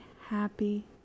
happy